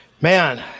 Man